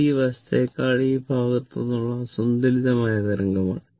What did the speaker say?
ഇത് ഈ വശത്തേക്കാൾ ഈ ഭാഗത്തുനിന്നുള്ള അസന്തുലിതമായ തരംഗമാണ്